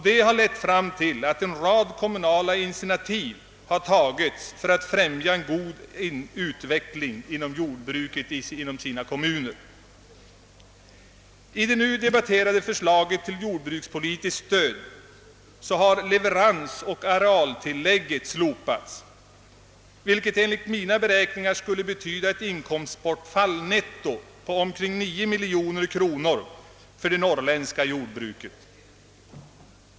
Detta har lett till att en rad kommunala initiativ har tagits för att främja en god utveckling inom jordbruket. I det nu debatterade förslaget till jordbrukspolitiskt stöd har leveransoch arealtillägget slopats, vilket enligt mina beräkningar skulle betyda ett nettoinkomstbortfall på omkring 9 miljoner kronor för det norrländska jordbruket.